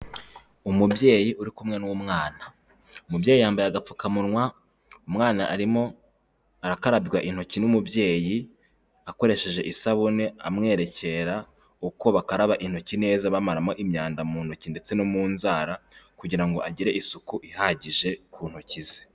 Umubyeyi uri kumwe n'umwana, umubyeyi yambaye agapfukamunwa, umwana arimo arakarabywa intoki n'umubyeyi akoresheje isabune, amwerekera uko bakaraba intoki neza bamaramo imyanda mu ntoki ndetse no mu nzara, kugira ngo agire isuku ihagije ku ntoki ze.